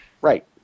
Right